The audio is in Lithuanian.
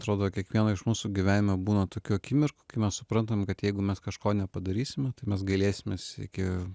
atrodo kiekvieno iš mūsų gyvenime būna tokių akimirkų kai mes suprantam kad jeigu mes kažko nepadarysime tai mes gailėsimės iki